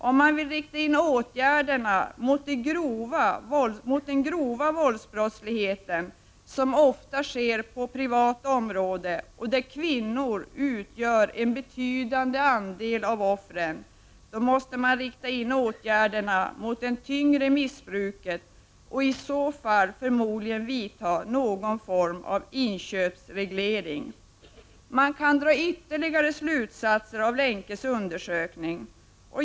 Om man vill rikta åtgärderna mot den grova våldsbrottsligheten, som ofta sker på privat område och där kvinnor utgör en betydande andel av offren, måste man rikta åtgärderna mot det tyngre missbruket och i så fall förmodligen vidta någon form av inköpsreglering. Man kan dra ytterligare slutsatser av Lenkes undersökning.